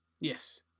Yes